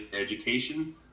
education